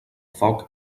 foc